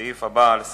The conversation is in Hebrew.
הסעיף הבא על סדר-היום: